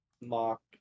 mock